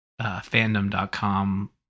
fandom.com